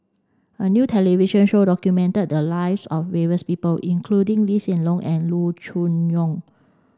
a new television show documented the lives of various people including Lee Hsien Loong and Loo Choon Yong